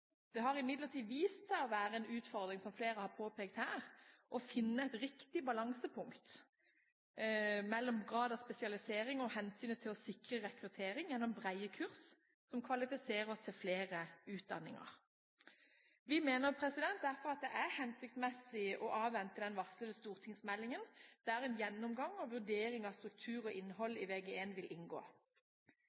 Det har imidlertid vist seg å være en utfordring, som flere har påpekt her, å finne et riktig balansepunkt mellom grad av spesialisering og hensynet til å sikre rekruttering gjennom brede kurs som kvalifiserer til flere utdanninger. Vi mener derfor at det er hensiktsmessig å avvente den varslede stortingsmeldingen, der en gjennomgang og vurdering av struktur og innhold i Vg1 vil inngå.